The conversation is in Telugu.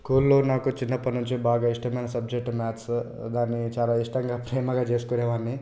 స్కూల్లో నాకు చిన్నప్పటినుంచి బాగా ఇష్టమైన సబ్జెక్టు మ్యాథ్సు దాన్ని చాలా ఇష్టంగా ప్రేమగా చేసుకునేవాడిని